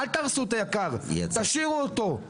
אל תהרסו את היקר; תשאירו אותו,